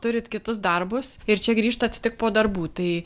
turit kitus darbus ir čia grįžtat tik po darbų tai